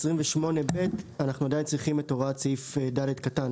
ב-28ב אנחנו עדיין צריכים את הוראת סעיף קטן (ד)